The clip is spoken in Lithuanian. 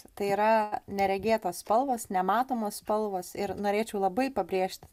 tai yra neregėtos spalvos nematomos spalvos ir norėčiau labai pabrėžti